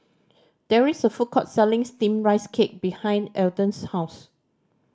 there is a food court selling Steamed Rice Cake behind Alden's house